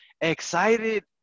excited